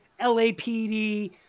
LAPD